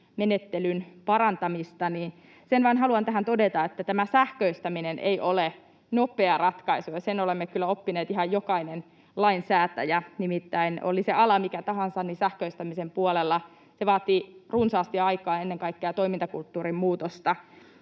menettelyn parantamista, haluan vain todeta, että tämä sähköistäminen ei ole nopea ratkaisu, ja sen me ihan jokainen lainsäätäjä olemme kyllä oppineet: nimittäin oli se ala mikä tahansa, niin sähköistäminen vaatii runsaasti aikaa, ennen kaikkea toimintakulttuurin muutosta,